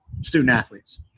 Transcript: student-athletes